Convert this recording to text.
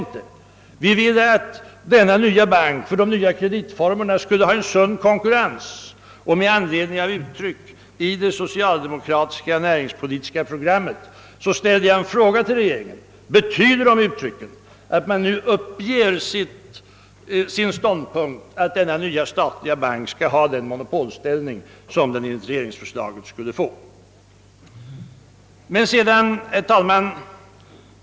Men vi önskade att den nya banken med de nya kreditformerna skulle få en sund konkurrens. Och med anledning av uttalanden i det socialdemokratiska näringspolitiska programmet frågade jag nu regeringen: Betyder dessa uttalanden att socialdemokraterna uppger sin ståndpunkt, att den nya statliga banken skall ha den monopolställning beträffande dessa kreditformer som den enligt regeringsförslaget har. Herr talman!